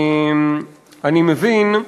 אני מבין,